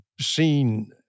seen